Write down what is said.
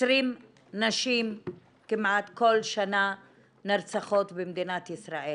20 נשים כמעט כל שנה נרצחות במדינת ישראל.